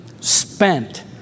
spent